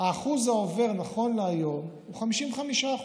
אחוז העובר נכון להיום הוא 55%